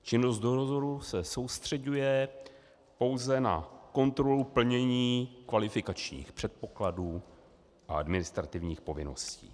Činnost dozoru se soustřeďuje pouze na kontrolu plnění kvalifikačních předpokladů a administrativních povinností.